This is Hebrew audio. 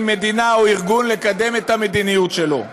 מדינה או ארגון לקדם את המדיניות שלו.